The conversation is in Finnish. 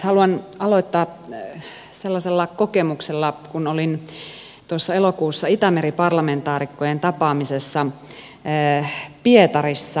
haluan aloittaa sellaisella kokemuksella kun olin elokuussa itämeri parlamentaarikkojen tapaamisessa pietarissa